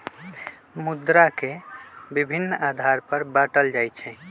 मुद्रा के विभिन्न आधार पर बाटल जाइ छइ